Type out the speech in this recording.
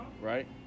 right